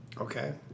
Okay